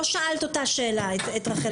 לא שאלת אותה שאלה, את רחל בן ארי.